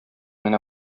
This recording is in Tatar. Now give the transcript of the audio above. генә